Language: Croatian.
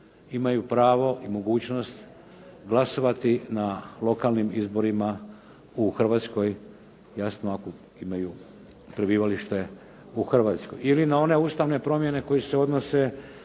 imaju pravo i mogućnost glasovati na lokalnim izborima u Hrvatskoj jasno ako imaju prebivalište u Hrvatskoj. Ili na one ustavne promjene koje se odnose